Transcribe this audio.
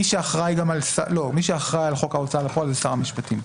מי שאחראי על חוק ההוצאה לפועל זה שר המשפטים.